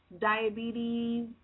diabetes